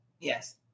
Yes